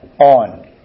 on